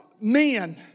men